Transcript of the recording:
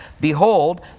Behold